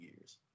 years